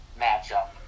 matchup